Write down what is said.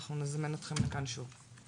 אנחנו נזמן אתכם לכאן שוב.